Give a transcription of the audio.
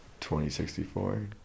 2064